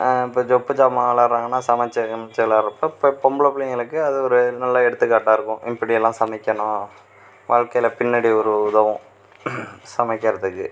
இப்ப சொப்புஜாமான் விளையாடறாங்கனா சமச்சு கிமச்சு விளையாடறப்ப இப்போ பொம்பளை புள்ளைங்களுக்கு அது ஒரு நல்ல எடுத்துகாட்டாயிருக்கும் இப்படிலாம் சமைக்கணும் வாழ்க்கையில் பின்னாடி ஒரு உதவும் சமைக்கிறத்துக்கு